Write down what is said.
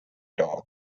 dog